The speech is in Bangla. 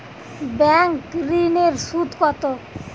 ব্যাঙ্ক ঋন এর সুদ কত?